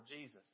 Jesus